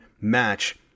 match